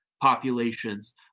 populations